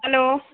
hello